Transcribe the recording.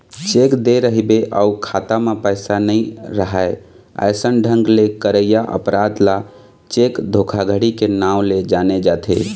cheque दे रहिबे अउ खाता म पइसा नइ राहय अइसन ढंग ले करइया अपराध ल चेक धोखाघड़ी के नांव ले जाने जाथे